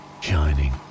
shining